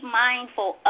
mindful